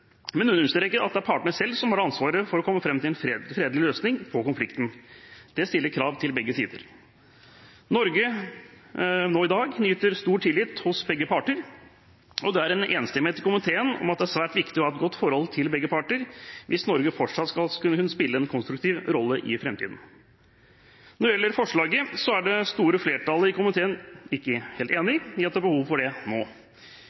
men understreker at det er partene selv som har ansvaret for å komme fram til en fredelig løsning på konflikten. Det stiller krav til begge sider. Norge nyter i dag stor tillit hos begge parter, og det er enstemmighet i komiteen om at det er svært viktig å ha et godt forhold til begge parter hvis Norge skal kunne spille en konstruktiv rolle i framtiden. Når det gjelder forslaget, er det store flertallet i komiteen ikke helt enig i at det er behov for det nå.